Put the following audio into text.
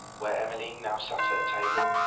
where emmeline now sat at table?